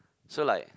so like